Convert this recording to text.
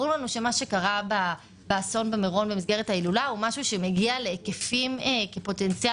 ברור לנו שמה שקרה באסון במירון במסגרת ההילולה מגיע להיקפים הרבה